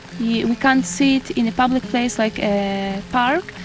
yeah we can't sit in a public place like a park.